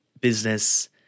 business